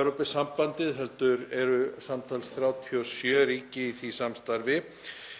Evrópusambandið heldur eru samtals 37 ríki í því samstarfi.